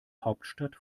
hauptstadt